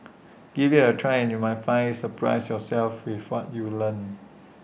give IT A try and you might find surprise yourself with what you learn